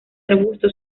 arbusto